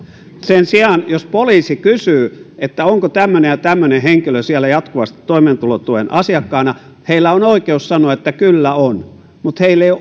sen sijaan jos poliisi kysyy että onko tämmöinen ja tämmöinen henkilö siellä jatkuvasti toimeentulotuen asiakkaana heillä on oikeus sanoa että kyllä on mutta heillä ei ole